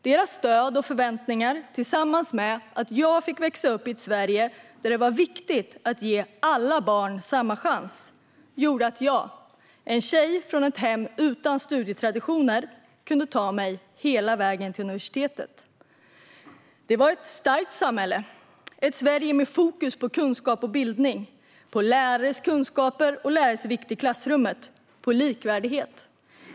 Deras stöd och förväntningar, tillsammans med att jag fick växa upp i ett Sverige där det var viktigt att ge alla barn samma chans, gjorde att jag, en tjej från ett hem utan studietraditioner, kunde ta mig hela vägen till universitetet. Det var ett starkt samhälle. Det var ett Sverige med fokus på kunskap och bildning, på lärares kunskaper och lärares vikt i klassrummet samt på likvärdighet.